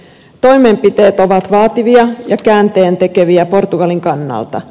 toimenpiteet ovat vaativia ja käänteentekeviä portugalin kannalta